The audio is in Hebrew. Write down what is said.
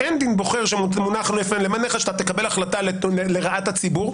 אין דין בוחר שמונח שאתה תקבל החלטה לרעת הציבור.